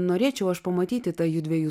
norėčiau aš pamatyti tą jųdviejų